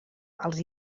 els